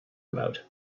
about